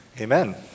Amen